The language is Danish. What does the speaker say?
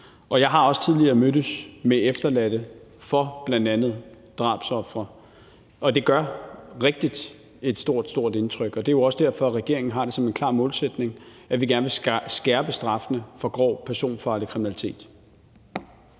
og jeg har også tidligere mødtes med efterladte efter bl.a. drabsofre, og det er rigtigt, at det gør et stort, stort indtryk på. Det er jo også derfor, at regeringen har det som en klar målsætning, at vi gerne vil skærpe straffene for grov personfarlig kriminalitet.